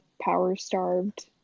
power-starved